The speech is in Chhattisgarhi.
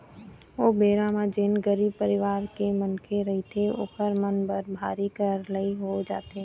ओ बेरा म जेन गरीब परिवार के मनखे रहिथे ओखर मन बर भारी करलई हो जाथे